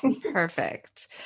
Perfect